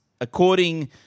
according